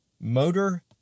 motor